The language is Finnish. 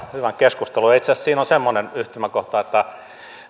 hyvän keskustelun itse asiassa siinä on semmoinen yhtymäkohta että